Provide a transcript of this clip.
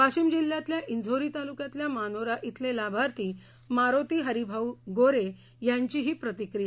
वाशिम जिल्ह्यातील झोरी तालुक्यातल्या मानोरा इथले लाभार्थी मारोती हरिभाऊ गोरे यांची प्रतिक्रिया